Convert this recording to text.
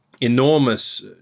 enormous